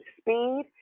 speed